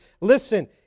listen